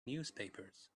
newspapers